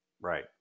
Right